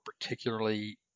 particularly